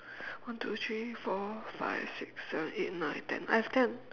one two three four five six seven eight nine ten I have ten